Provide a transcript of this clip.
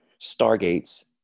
stargates